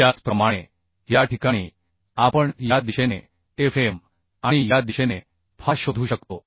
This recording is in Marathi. त्याचप्रमाणे या ठिकाणी आपण या दिशेने Fm आणि या दिशेने Faशोधू शकतो